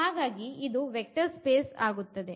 ಹಾಗಾಗಿ ಇದು vector space ಆಗುತ್ತದೆ